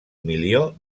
milió